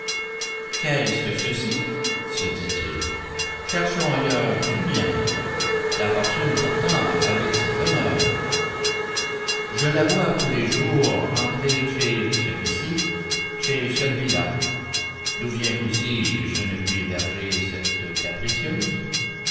qu'est-ce ci se dit-il cherchons ailleurs du bien la fortune pourtant habite ces demeures je la vois tous les jours entrer chez celui-ci chez celui-là d'où vient qu'aussi je ne puis héberger cette capricieuse